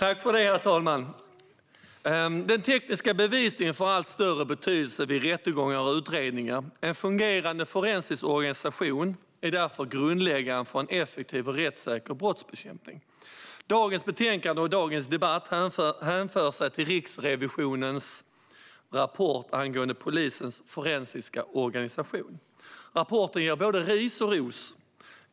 Herr talman! Den tekniska bevisningen får allt större betydelse vid rättegångar och utredningar. En fungerande forensisk organisation är därför grundläggande för en effektiv och rättssäker brottsbekämpning. Dagens betänkande och dagens debatt hänför sig till Riksrevisionens rapport angående polisens forensiska organisation. Rapporten ger både ris och ros.